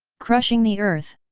crushing the earth.